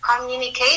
communicate